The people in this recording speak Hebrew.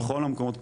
כן, בכל המקומות.